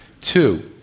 Two